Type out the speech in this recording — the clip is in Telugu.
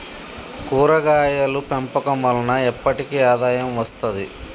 కూరగాయలు పెంపకం వలన ఎప్పటికి ఆదాయం వస్తది